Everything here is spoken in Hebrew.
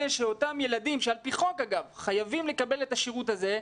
שאותם ילדים שעל פי חוק חייבים לקבל את השירות הזה,